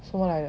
什么来的